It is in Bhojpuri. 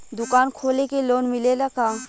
दुकान खोले के लोन मिलेला का?